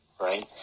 right